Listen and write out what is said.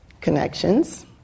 Connections